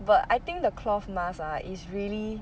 but I think the cloth mask ah is really